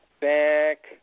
back